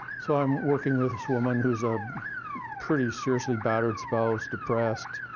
so i'm working with this woman who's a pretty seriously battered spouse, depressed,